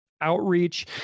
outreach